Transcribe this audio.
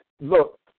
look